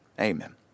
Amen